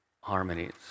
harmonies